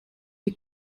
die